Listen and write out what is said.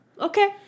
Okay